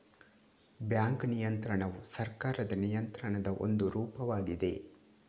bank ನಿಯಂತ್ರಣವು ಸರ್ಕಾರದ ನಿಯಂತ್ರಣದ ಒಂದು ರೂಪವಾಗಿದೆ